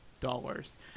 dollars